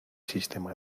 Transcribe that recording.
sistema